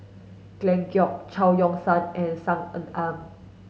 Glen Goei Chao Yoke San and Saw Ean Ang